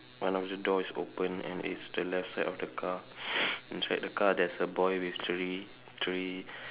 one of the door is opened and it's the left side of the car inside the car there's a boy with three three